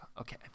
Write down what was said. okay